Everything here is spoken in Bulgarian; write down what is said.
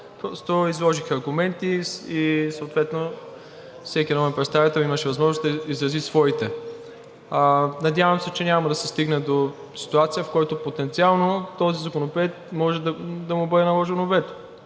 просто изложих аргументи и съответно всеки народен представител имаше възможност да изрази своите. Надявам се, че няма да се стигне до ситуация, в който потенциално на този законопроект може да му бъде наложено вето,